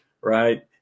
right